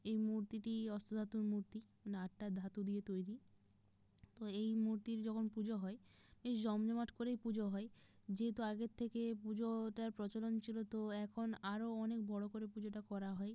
এই মূর্তিটি অষ্ট ধাতুর মূর্তি মানে আটটা ধাতু দিয়ে তৈরি তো এই মূর্তির যখন পুজো হয় এই জমজমাট করেই পুজো হয় যেহেতু আগের থেকে পুজোটার প্রচলন ছিল তো এখন আরো অনেক বড় করে পুজোটা করা হয়